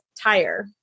tire